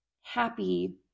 happy